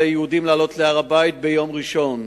ליהודים לעלות להר-הבית ביום ראשון,